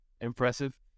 impressive